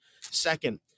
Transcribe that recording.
Second